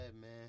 man